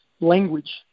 language